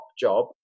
job